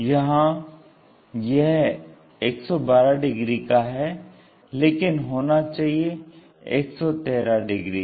यहां यह 112 डिग्री का है लेकिन होना चाहिए 113 डिग्री का